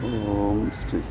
ओम् श्रीः